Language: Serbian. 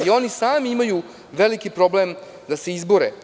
Oni sami imaju veliki problem da se izbore.